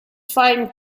find